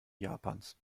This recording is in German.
japans